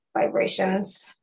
vibrations